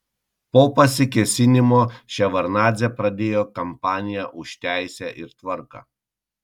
po pasikėsinimo ševardnadzė pradėjo kampaniją už teisę ir tvarką